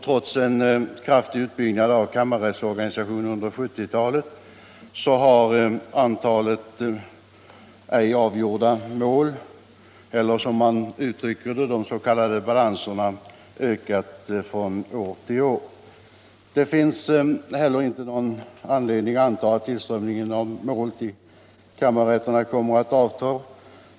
Trots en kraftig utbyggnad av kammarrättsorganisationen under 1970 talet har antalet ej avgjorda mål — eller, som man uttrycker det, de s.k. balanserna — ökat från år till år. Det finns inte heller någon anledning att anta att tillströmningen av mål till kammarrätterna kommer att avta.